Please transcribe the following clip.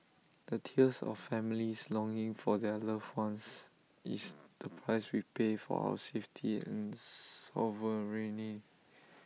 the tears of families longing for their loved ones is the price we pay for our safety and sovereignty